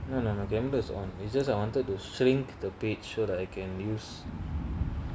no no no camera is on it's just I wanted to shrink the beach so that I can use